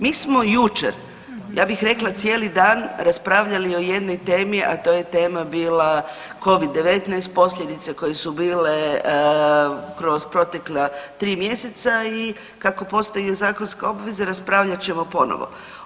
Mi smo jučer, ja bih rekla cijeli dan, raspravljali o jednoj temi, a to je tema bila Covid-19, posljedice koje su bile kroz protekla 3 mjeseca i kako postoji zakonska obveza raspravljat ćemo ponovno.